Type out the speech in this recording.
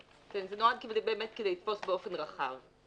כן, זה נועד באמת כדי לתפוס באופן רחב.